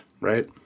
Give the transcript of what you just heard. right